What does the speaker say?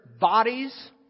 bodies